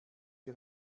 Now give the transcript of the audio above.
wir